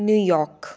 New York